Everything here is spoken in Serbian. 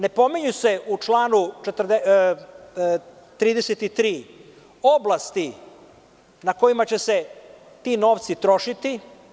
Ne pominju se u članu 33. oblasti na kojima će se ti novci trošiti.